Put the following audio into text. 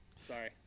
sorry